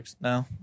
No